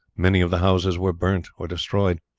many of the houses were burnt or destroyed,